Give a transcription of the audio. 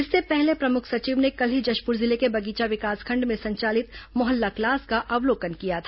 इससे पहले प्रमुख सचिव ने कल ही जशपुर जिले के बगीचा विकासखंड में संचालित मोहल्ला क्लास का अवलोकन किया था